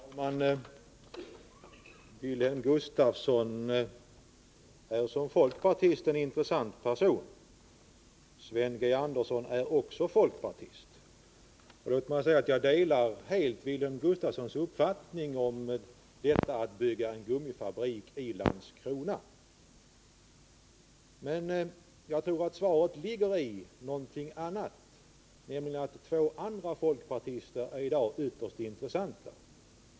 Herr talman! Wilhelm Gustafsson är som folkpartist en intressant person. Sven G. Andersson är också folkpartist. Låt mig säga att jag helt delar Wilhelm Gustafssons uppfattning när det gäller att bygga en gummifabrik i Landskrona, men jag tror att skälet till det här förslaget är något annat än Wilhelm Gustafsson tror, nämligen två andra folkpartister.